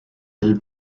del